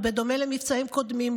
ובדומה למבצעים קודמים,